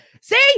see